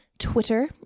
Twitter